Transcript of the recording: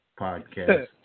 podcast